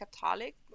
Catholic